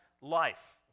life